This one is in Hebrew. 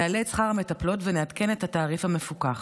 נעלה את שכר המטפלות ונעדכן את התעריף המפוקח.